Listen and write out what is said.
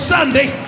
Sunday